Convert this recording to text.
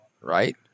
Right